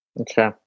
okay